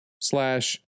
slash